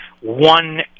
one